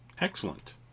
Excellent